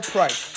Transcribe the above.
Price